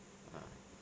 ah